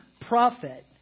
prophet